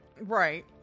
Right